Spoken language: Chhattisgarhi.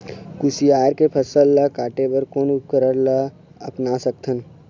कुसियार के फसल ला काटे बर कोन उपकरण ला अपना सकथन?